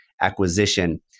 acquisition